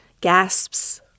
gasps